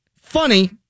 funny